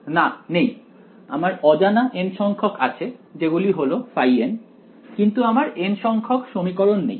না নেই আমার অজানা n সংখ্যক আছে যেগুলি হলো n কিন্তু আমার n সংখ্যক সমীকরণ নেই